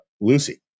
Lucy